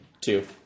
Two